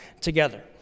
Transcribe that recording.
together